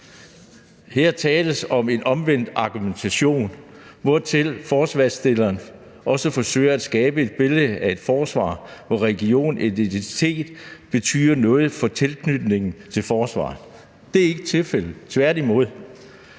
der tale om en omvendt argumentation. Hertil kommer, at forslagsstillerne også forsøger at skabe et billede af et forsvar, hvor religion og etnicitet betyder noget for tilknytningen til forsvaret. Det er ikke tilfældet, tværtimod.